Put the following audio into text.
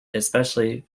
especially